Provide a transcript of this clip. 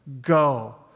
go